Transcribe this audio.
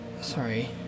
sorry